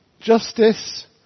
Justice